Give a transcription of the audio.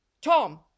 Tom